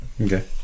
Okay